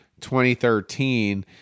2013